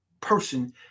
person